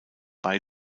waren